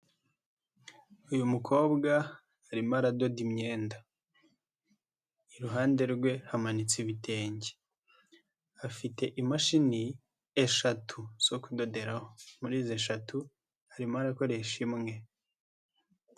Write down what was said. Uyu mukobwa arimo aradoda imyenda, iruhande rwe hamanitse ibitenge, afite imashini eshatu zo kudoderaho, muri izo eshatu arimo arakoresha imwe.